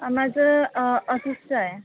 माझं ऑफिसचा आहे